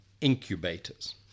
Incubators